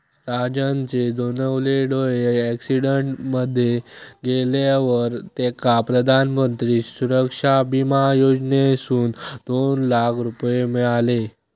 राजनचे दोनवले डोळे अॅक्सिडेंट मध्ये गेल्यावर तेका प्रधानमंत्री सुरक्षा बिमा योजनेसून दोन लाख रुपये मिळाले